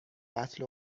قتل